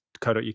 co.uk